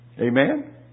Amen